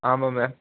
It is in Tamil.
ஆமாம் மேம்